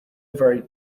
very